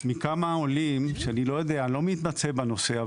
מכמה עולים שאני אל יודע לא מתמצא בנושא,